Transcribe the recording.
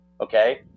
Okay